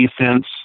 defense